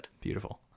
Beautiful